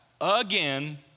again